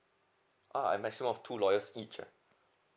uh a maximum of two lawyers each ah